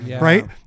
Right